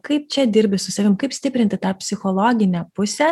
kaip čia dirbi su savim kaip stiprinti tą psichologinę pusę